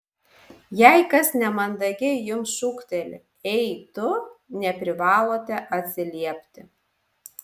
jei kas nemandagiai jums šūkteli ei tu neprivalote atsiliepti